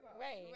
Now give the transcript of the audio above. Right